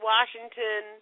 Washington